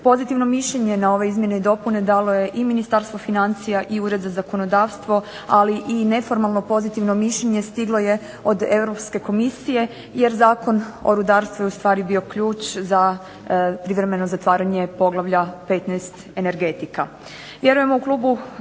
Pozitivno mišljenje na ove izmjene i dopune dalo je i Ministarstvo financija i Ured za zakonodavstvo, ali i neformalno pozitivno mišljenje stiglo je od Europske komisije jer Zakon o rudarstvu je ustvari bio ključ za privremeno zatvaranje Poglavlja 15. – Energetika.